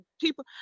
people